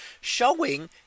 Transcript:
showing